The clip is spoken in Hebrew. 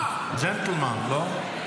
ג'נטלמן, לא?